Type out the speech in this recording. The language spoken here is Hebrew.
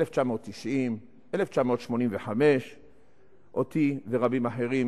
1990, 1985. אותי ורבים אחרים